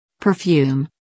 perfume